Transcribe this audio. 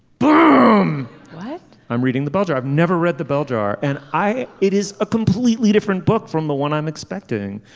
but um i'm reading the butter. i've never read the bell jar and i it is a completely different book from the one i'm expecting.